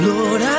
Lord